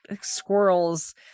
Squirrels